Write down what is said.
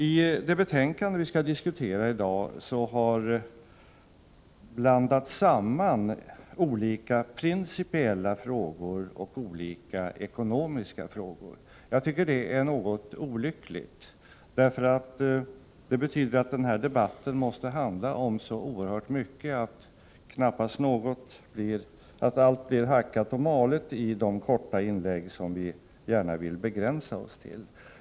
I det betänkande vi diskuterar i dag har blandats samman olika principiella frågor och olika ekonomiska frågor. Jag tycker att det är något olyckligt, därför att det betyder att den här debatten måste handla om så oerhört mycket att det varken blir hackat eller malet i de korta inlägg som vi gärna vill begränsa oss till.